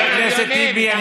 חבר הכנסת טיבי,